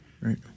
Right